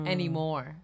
Anymore